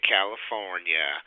California